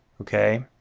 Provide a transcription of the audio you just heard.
okay